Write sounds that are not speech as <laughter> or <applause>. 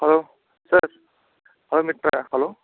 hello sir <unintelligible> hello